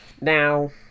Now